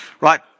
Right